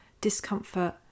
discomfort